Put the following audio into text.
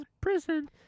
prison